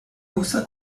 usa